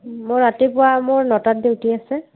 মোৰ ৰাতিপুৱা মোৰ নটাত ডিউটি আছে